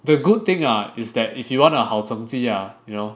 the good thing ah is that if you want a 好成绩 ah you know